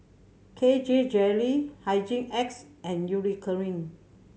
K J Jelly Hygin X and Eucerin